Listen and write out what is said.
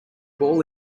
ball